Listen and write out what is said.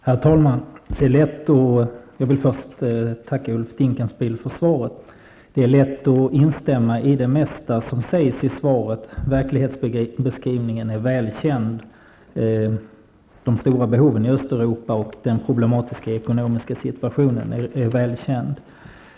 Herr talman! Jag vill först tacka Ulf Dinkelspiel för svaret. Det är lätt att instämma i det mesta som sägs i svaret. Verklighetsbeskrivningen liksom de stora behoven och den problematiska ekonomiska situationen i Östeuropa är väl kända.